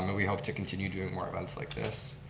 um we hope to continue doing more events like this.